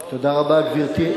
תודה רבה, גברתי.